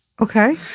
Okay